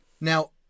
Now